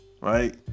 right